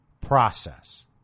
process